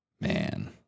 Man